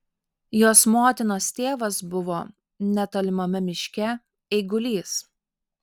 jos motinos tėvas buvo netolimame miške eigulys